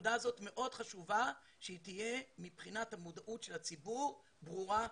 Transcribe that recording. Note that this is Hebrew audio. הנקודה הזאת מאוד חשובה שתהיה מבחינת המודעות של הציבור ברורה לחלוטין.